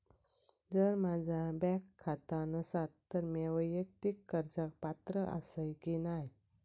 जर माझा बँक खाता नसात तर मीया वैयक्तिक कर्जाक पात्र आसय की नाय?